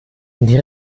die